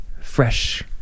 Fresh